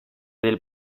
del